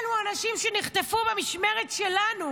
אלו אנשים שנחטפו במשמרת שלנו.